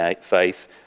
faith